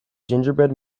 gingerbread